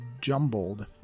jumbled